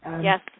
Yes